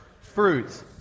fruits